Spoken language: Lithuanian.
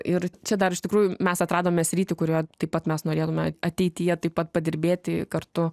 ir čia dar iš tikrųjų mes atradome sritį kurioje taip pat mes norėtume ateityje taip pat padirbėti kartu